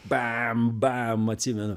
bam bam atsimenu